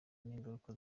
n’ingaruka